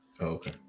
Okay